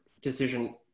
decision